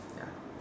ya